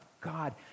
God